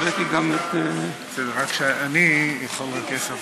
גברתי היושבת-ראש, אדוני השר, חבריי חברי הכנסת,